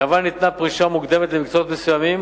ביוון ניתנה פרישה מוקדמת למקצועות מסוימים,